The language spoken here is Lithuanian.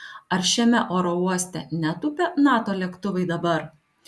ar šiame oro uoste netūpia nato lėktuvai dabar